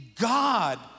God